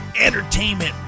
entertainment